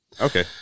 Okay